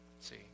See